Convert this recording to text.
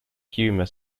humour